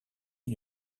est